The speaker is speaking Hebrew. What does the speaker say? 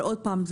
עוד פעם,